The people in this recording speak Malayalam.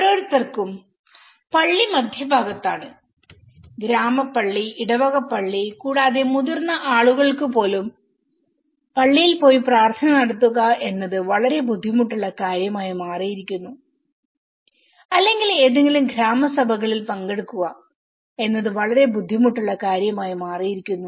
ഓരോരുത്തർക്കും പള്ളി മധ്യഭാഗത്താണ് ഗ്രാമപള്ളി ഇടവക പള്ളി കൂടാതെ മുതിർന്ന ആളുകൾക്ക് പോലും പള്ളിയിൽ പോയി പ്രാർത്ഥന നടത്തുക എന്നത് വളരെ ബുദ്ധിമുട്ടുള്ള കാര്യമായി മാറിയിരിക്കുന്നു അല്ലെങ്കിൽ ഏതെങ്കിലും ഗ്രാമസഭകളിൽ പങ്കെടുക്കുക എന്നത് വളരെ ബുദ്ധിമുട്ടുള്ള കാര്യമായി മാറിയിരിക്കുന്നു